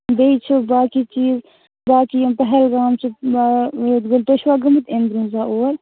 بیٚیہِ چھِ باقٕے چیٖز باقٕے یِم پہلگام چھِ آ تُہۍ چھِوا گٲمٕتۍ امہِ برٛونٛہہ زانٛہہ اور